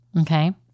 Okay